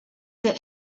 that